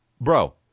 bro